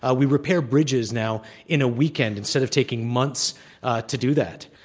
ah we repair bridges now in a weekend instead of taking months to do that,